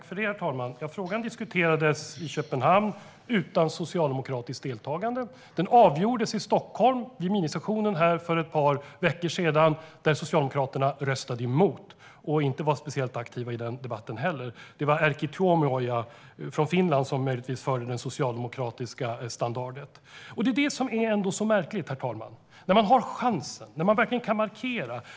Herr talman! Frågan diskuterades i Köpenhamn, utan socialdemokratiskt deltagande. Den avgjordes i Stockholm, vid minisessionen här för ett par veckor sedan. Då röstade Socialdemokraterna emot och var inte speciellt aktiva i den debatten heller. Det var Erkki Tuomioja från Finland som möjligtvis förde det socialdemokratiska standaret. Herr talman! Det är det som är så märkligt. Man har chansen och kan verkligen markera.